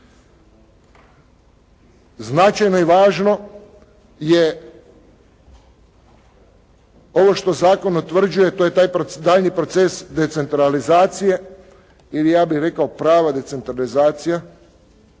Značajno i važno je ovo što zakon utvrđuje to je taj daljnji proces decentralizacije i ja bih rekao prava decentralizacija